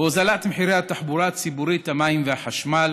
בהוזלת התחבורה הציבורית, המים והחשמל?